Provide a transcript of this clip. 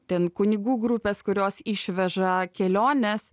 ten kunigų grupės kurios išveža keliones